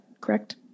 correct